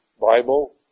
Bible